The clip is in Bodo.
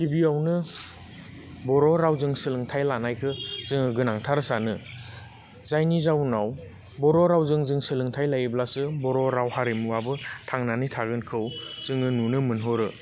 गिबियावनो बर' रावजों सोलोंथाय लानायखौ जोङो गोनांथार सानो जायनि जाउनाव बर' रावजों जों सोलोंथाय लायोब्लासो बर' राव हारिमुवाबो थांनानै थागोनखौ जोङो नुनो मोनहरो